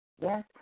yes